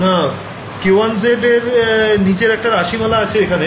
না k1z এর নিজের একটা রাশিমালা আছে এখানে